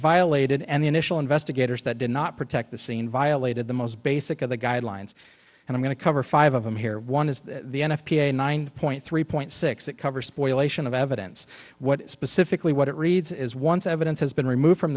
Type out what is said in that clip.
violated and the initial investigators that did not protect the scene violated the most basic of the guidelines and i'm going to cover five of them here one is the n f p a nine point three point six it covers spoil ation of evidence what specifically what it reads is once evidence has been removed from